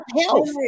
health